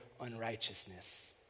unrighteousness